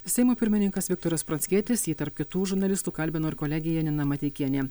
seimo pirmininkas viktoras pranckietis jį tarp kitų žurnalistų kalbino ir kolegė janina mateikienė